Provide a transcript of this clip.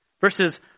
verses